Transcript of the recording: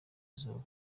izuba